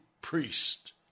priest